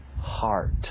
heart